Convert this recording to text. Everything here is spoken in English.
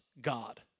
God